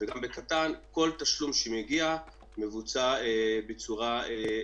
אלה עבודות שכבר ביצענו.